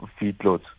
feedlots